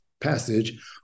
passage